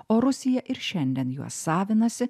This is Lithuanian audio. o rusija ir šiandien juos savinasi